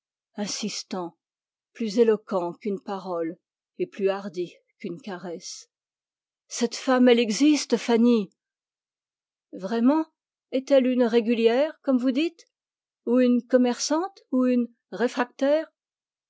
insistant plus éloquent qu'une parole et plus hardi qu'une caresse cette femme elle existe fanny vraiment est-elle une régulière comme vous dites ou une commerçante ou une réfractaire